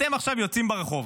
אתם עכשיו יוצאים ברחוב